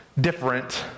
different